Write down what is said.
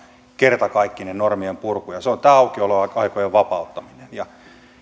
kertakaikkinen normien purku ja se on tämä aukioloaikojen vapauttaminen